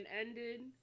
ended